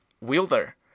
Wielder